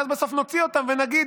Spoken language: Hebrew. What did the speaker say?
ואז בסוף נוציא אותם ונגיד,